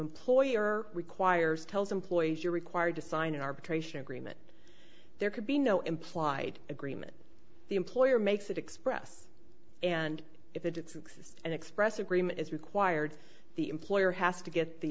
phone ploy or requires tells employees you're required to sign an arbitration agreement there could be no implied agreement the employer makes that express and if it's exists and express agreement is required the employer has to get the